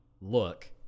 look